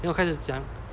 then 我开始讲